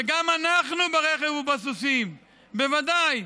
וגם אנחנו ברכב ובסוסים, בוודאי,